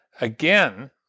again